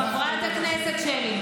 חבר הכנסת כהן.